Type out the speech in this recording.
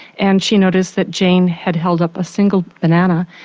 and she noticed that jane had held up a single banana.